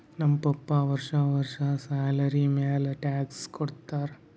ನಮ್ ಪಪ್ಪಾ ವರ್ಷಾ ವರ್ಷಾ ಸ್ಯಾಲರಿ ಮ್ಯಾಲ ಟ್ಯಾಕ್ಸ್ ಕಟ್ಟತ್ತಾರ